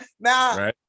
now